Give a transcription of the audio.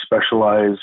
specialize